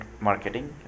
marketing